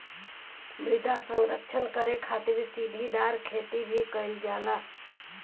मृदा संरक्षण करे खातिर सीढ़ीदार खेती भी कईल जाला